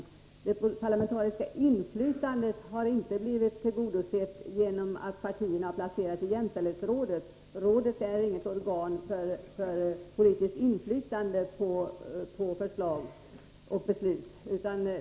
Kravet på parlamentariskt inflytande har inte blivit tillgodosett genom att partierna har placerats i jämställdhetsrådet — rådet är inget organ för politiskt inflytande på förslag och beslut.